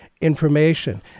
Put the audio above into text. information